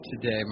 today